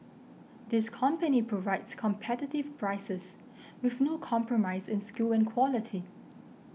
this company provides competitive prices with no compromise in skill and quality